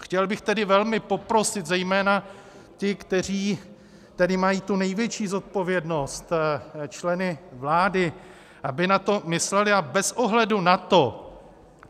Chtěl bych tedy velmi poprosit zejména ty, kteří tedy mají tu největší zodpovědnost, členy vlády, aby na to mysleli a bez ohledu na to,